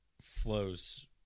flows